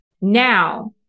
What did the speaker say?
Now